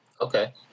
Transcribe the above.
Okay